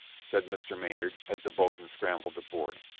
said mr. maynard, as the boatswain scrambled aboard.